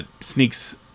sneaks